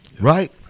Right